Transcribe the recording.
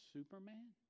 Superman